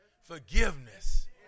forgiveness